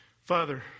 Father